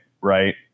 right